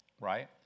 Right